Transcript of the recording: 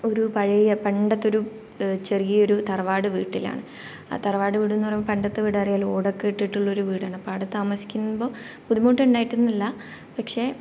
ഒരു പഴയ പണ്ടത്തെ ഒരു ചെറിയൊരു തറവാട് വീട്ടിലാണ് ആ തറവാട് വീടെന്നു പറയുമ്പോൾ പണ്ടത്തെ വീട് അറിയാമല്ലോ ഓടൊക്കെ ഇട്ടിട്ടുള്ളൊരു വീടാണ് അപ്പോൾ അവിടെ താമസിക്കുമ്പോൾ ബുദ്ധിമുട്ട് ഉണ്ടായിട്ടെന്നല്ല പക്ഷെ